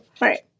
Right